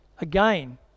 Again